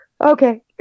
Okay